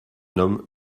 homme